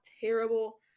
terrible